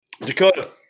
Dakota